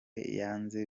yanze